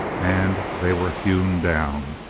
and they were hewn down,